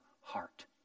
heart